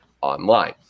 online